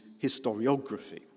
historiography